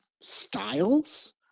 styles